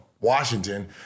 Washington